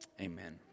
Amen